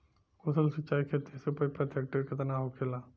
कुशल सिंचाई खेती से उपज प्रति हेक्टेयर केतना होखेला?